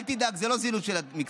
אל תדאג, זאת לא זילות של המקצוע.